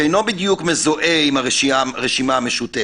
שהוא לא בדיוק מזוהה עם הרשימה המשותפת,